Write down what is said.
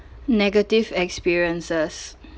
negative experiences